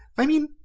i mean,